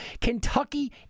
Kentucky